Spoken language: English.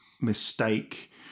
mistake